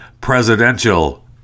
presidential